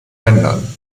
ländern